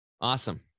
Awesome